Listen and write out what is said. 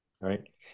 right